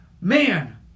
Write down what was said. Man